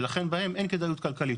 ולכן בהם אין כדאיות כלכליים.